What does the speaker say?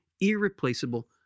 irreplaceable